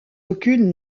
aucune